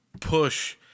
push